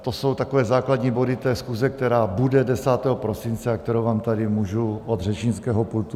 To jsou takové základní body schůze, která bude 10. prosince a kterou vám tady můžu od řečnického pultu slíbit.